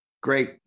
Great